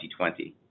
2020